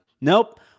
Nope